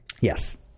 Yes